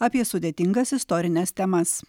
apie sudėtingas istorines temas